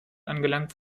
angelangt